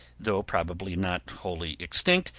though probably not wholly extinct,